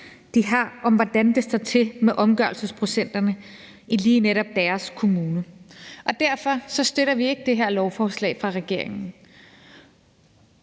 de har, om, hvordan det står til med omgørelsesprocenterne i lige netop deres kommune. Derfor støtter vi ikke det her lovforslag fra regeringen.